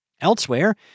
Elsewhere